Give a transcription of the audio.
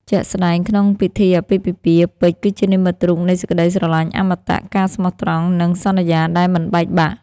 ជាក់ស្តែងក្នុងពិធីអាពាហ៍ពិពាហ៍ ពេជ្រ គឺជានិមិត្តរូបនៃសេចក្ដីស្រលាញ់អមតៈ ការស្មោះត្រង់ និងសន្យាដែលមិនបែកបាក់។